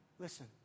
listen